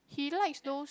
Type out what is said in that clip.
he don't like those